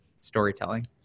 storytelling